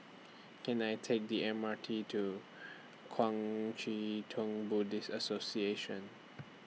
Can I Take The M R T to Kuang Chee Tng Buddhist Association